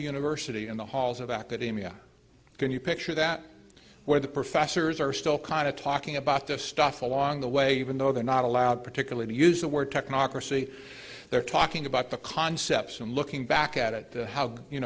university in the halls of academia can you picture that where the professors are still kind of talking about this stuff along the way even though they're not allowed particularly to use the word technocracy they're talking about the concepts and looking back at it how you